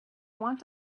want